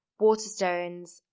Waterstones